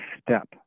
step